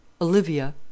Olivia